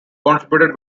contributed